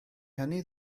hynny